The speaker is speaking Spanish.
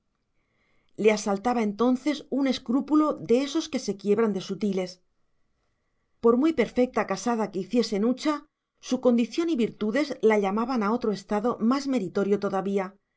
le asaltaba entonces un escrúpulo de ésos que se quiebran de sutiles por muy perfecta casada que hiciese nucha su condición y virtudes la llamaban a otro estado más meritorio todavía